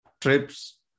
trips